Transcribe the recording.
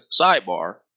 sidebar